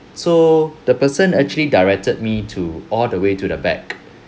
so the person actually directed me to all the way to the back